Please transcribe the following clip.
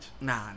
nah